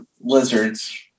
lizards